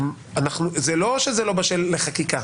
זה לא שזה לא בשל לחקיקה,